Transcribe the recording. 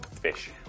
Fish